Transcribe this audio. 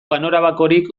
ganorabakorik